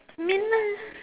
midnight